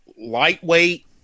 Lightweight